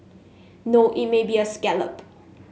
no it may be a scallop